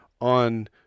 on